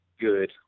good